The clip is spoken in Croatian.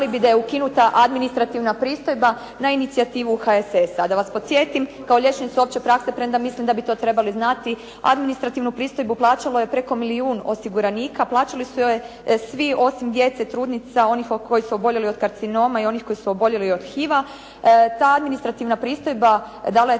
da je ukinuta administrativna pristojba na inicijativu HSS-a. Da vas podsjetim kao liječnicu opće prakse, premda mislim da bi to trebali znati administrativnu pristojbu plaćalo je preko milijun osiguranika, plaćali su joj svi osim djece trudnica, onih koji su oboljeli od karcinoma i onih koji su oboljeli od HIV-a. Ta administrativna pristojba dala je